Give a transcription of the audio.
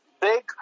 big